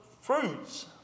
fruits